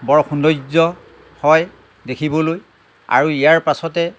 বৰ সৌন্দৰ্য্য হয় দেখিবলৈ আৰু ইয়াৰ পাছতে